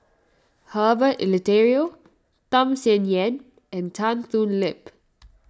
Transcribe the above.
Herbert Eleuterio Tham Sien Yen and Tan Thoon Lip